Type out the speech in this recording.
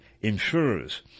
Insurers